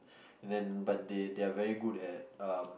then but they they are very good at um